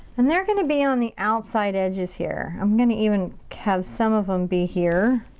and they're gonna be on the outside edges here. i'm gonna even have some of them be here.